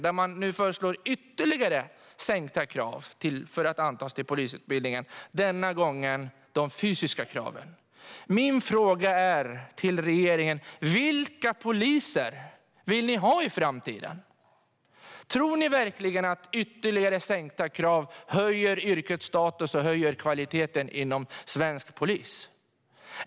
Där föreslår man ytterligare sänkta krav för antagning till polisutbildningen. Denna gång handlar det om de fysiska kraven. Min fråga till regeringen är: Vilka poliser vill ni ha i framtiden? Tror ni verkligen att ytterligare sänkta krav höjer yrkets status och höjer kvaliteten inom svensk polis?